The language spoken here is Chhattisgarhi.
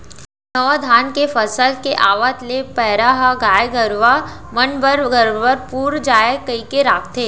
नावा धान के फसल के आवत ले पैरा ह गाय गरूवा मन बर बरोबर पुर जाय कइके राखथें